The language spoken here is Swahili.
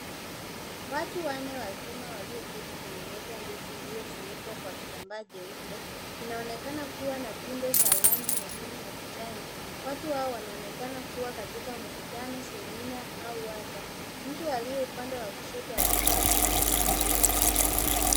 Watu wanne wazima walioketi kwenye meza ndefu iliyofunikwa kwa kitambaa jeupe. Kinaonekana kuwa na pindo za rangi nyekundu na kijani. Watu hawa wanaonekana kuwa katika mkutano, semina au warsha. Mtu aliye upande wa kushoto amevaa shati la buluu.